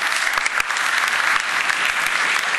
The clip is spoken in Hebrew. (מחיאות כפיים)